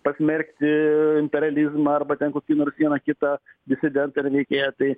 pasmerkti imperializmą arba ten kokį nors vieną kitą disidentą ar veikėją tai